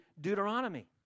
Deuteronomy